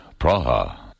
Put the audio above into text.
Praha